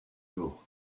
jours